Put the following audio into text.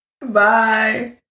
Bye